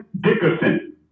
Dickerson